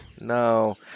No